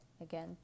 again